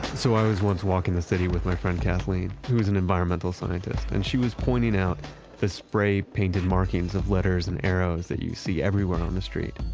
so i was once walking the city with my friend, cathleen, who's an environmental scientist and she was pointing out the spray-painted markings of letters and arrows that you see everywhere on the street.